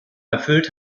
erfüllt